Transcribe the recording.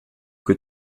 que